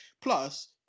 Plus